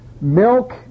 Milk